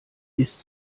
ist